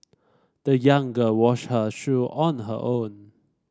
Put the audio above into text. the young girl washed her shoe on her own